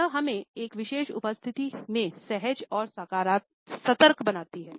यह हमें एक विशेष उपस्थिति में सहज और सतर्क बनाता है